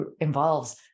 involves